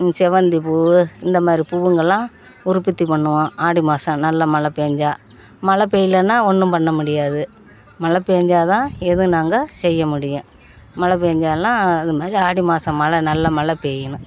செவ்வந்தி பூ இந்தமாதிரி பூவுங்கெல்லாம் உற்பத்தி பண்ணுவோம் ஆடி மாசம் நல்லா மழை பேய்ஞ்சா மழை பெய்யலன்னா ஒன்றும் பண்ண முடியாது மழை பேய்ஞ்சா தான் எதுவும் நாங்கள் செய்ய முடியும் மழை பேய்ஞ்சா தான் இதுமாதிரி ஆடி மாசம் மழை நல்லா மழை பெய்யணும்